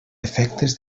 efectes